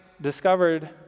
discovered